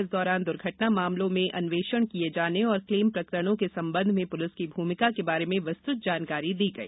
इस दौरान द्र्घटना मामलों में अन्वेषण किये जाने और क्लेम प्रकरणों के संबंध में पुलिस की भूमिका के बारे में विस्तृत जानकारी दी गई